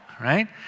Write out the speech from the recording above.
right